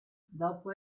dopo